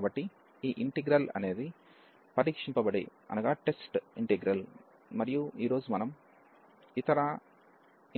కాబట్టి ఈ ఇంటిగ్రల్ అనేది పరీక్షింపబడే ఇంటిగ్రల్ మరియు ఈ రోజు మనం ఇతర